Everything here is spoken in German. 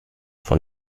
von